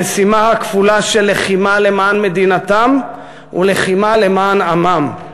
למשימה הכפולה של לחימה למען מדינתם ולחימה למען עמם.